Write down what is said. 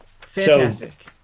Fantastic